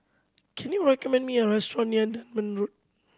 can you recommend me a restaurant near Dunman Road